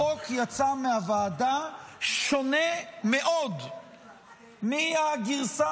החוק יצא מהוועדה שונה מאוד מהגרסה